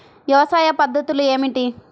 వ్యవసాయ పద్ధతులు ఏమిటి?